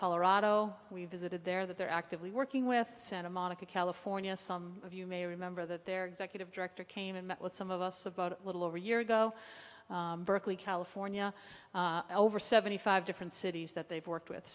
colorado we visited there that they're actively working with santa monica california some of you may remember that their executive director came and met with some of us about a little over a year ago berkeley california over seventy five different cities that they've worked with